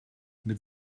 mit